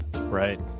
Right